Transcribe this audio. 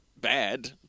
bad